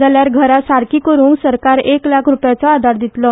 जाल्यार घरां सारकी करूंक सरकार एक लाख रुपयाचो आदार दितलो